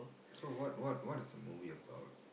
so what what what is the movie about